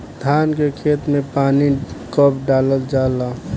धान के खेत मे पानी कब डालल जा ला?